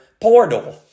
portal